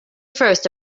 first